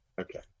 Okay